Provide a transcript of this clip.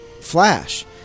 flash